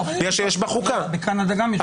גם בקנדה יש.